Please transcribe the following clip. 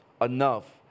enough